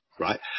Right